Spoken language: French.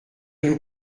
nous